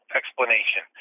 explanation